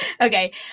Okay